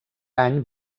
any